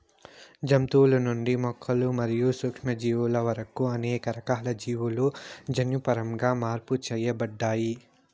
జంతువుల నుండి మొక్కలు మరియు సూక్ష్మజీవుల వరకు అనేక రకాల జీవులు జన్యుపరంగా మార్పు చేయబడ్డాయి